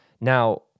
Now